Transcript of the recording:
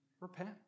repent